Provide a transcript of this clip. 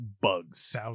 bugs